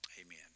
Amen